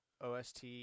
OST